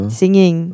singing